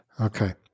Okay